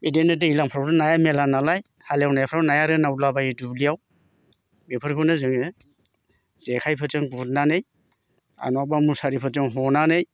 बिदिनो दैलांफ्रावनो नाया मेरला नालाय हालेवनायफ्राव नाया रोनावला बायो दुब्लियाव बेफोरखौनो जोङो जेखायजों गुरनानै नङाबा मुसारिफोरजों हनानै